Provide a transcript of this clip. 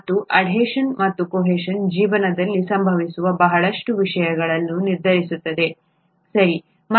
ಮತ್ತು ಅಡೇಷನ್ ಮತ್ತು ಕೋಹೆಷನ್ ಜೀವನದಲ್ಲಿ ಸಂಭವಿಸುವ ಬಹಳಷ್ಟು ವಿಷಯಗಳನ್ನು ನಿರ್ಧರಿಸುತ್ತದೆ ಸರಿಯೇ